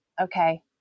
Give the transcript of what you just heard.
okay